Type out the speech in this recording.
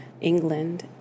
England